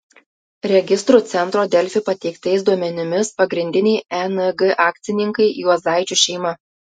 registrų centro delfi pateiktais duomenimis pagrindiniai eng akcininkai juozaičių šeima